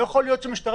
לא יכול להיות שהמשטרה,